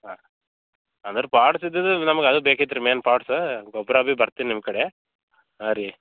ಹಾಂ ಅದರ ಪಾಡ್ ಸಿದ್ದದಾ ನಮಗೆ ಅದು ಬೇಕಿತ್ತು ರೀ ಮೇನ್ ಪಾಡ್ಸ್ ಗೊಬ್ಬರ ಬಿ ಬರ್ತಿನಿ ನಿಮ್ಮ ಕಡೆ ಹಾಂ ರೀ